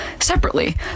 separately